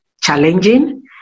challenging